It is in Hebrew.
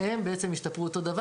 שניהם בעצם השתפרו באותה מידה,